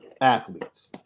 athletes